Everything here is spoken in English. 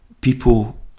people